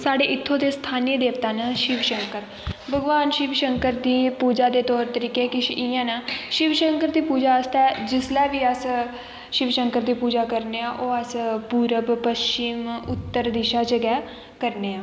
साढ़े इत्थूं दे स्थानीय देवता दा शिव शंकर भगवान शिव शंकर गी पूजा दे तौर तरीके किश इयां ना शिव शंकर दी पूजा आस्तै जिसलै बी अस शिवशंकर दी पूजा करने आं ओह् अस पूर्व पश्चिम उतर दिशा गै करने आं